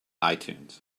itunes